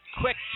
quick